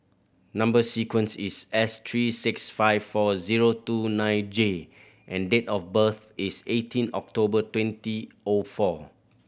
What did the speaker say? number sequence is S three six five four zero two nine J and date of birth is eighteen October twenty O four